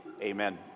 Amen